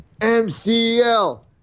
MCL